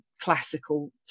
classical